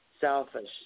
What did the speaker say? selfish